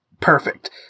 perfect